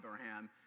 Abraham